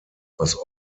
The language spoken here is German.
was